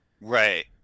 Right